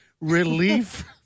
Relief